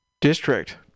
district